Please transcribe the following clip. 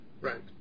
right